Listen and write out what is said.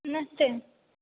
नसते